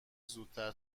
زودتر